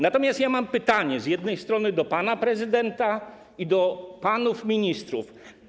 Natomiast mam pytanie z jednej strony do pana prezydenta, z drugiej do panów ministrów.